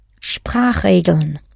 Sprachregeln